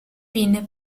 pinne